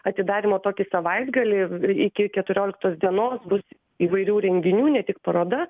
atidarymo tokį savaitgalį iki keturioliktos dienos bus įvairių renginių ne tik paroda